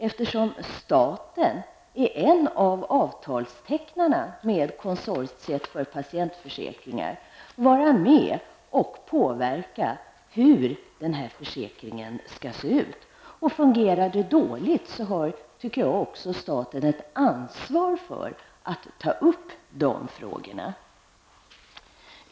Eftersom staten är en av avtalstecknarna med konsortiet för patientförsäkringar, kan regeringen givetvis vara med och påverka hur den här försäkringen skall se ut. Fungerar den dåligt har, tycker jag, staten ett ansvar för att ta upp de frågorna.